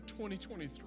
2023